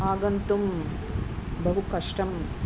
आगन्तुं बहु कष्टम्